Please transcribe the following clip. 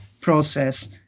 process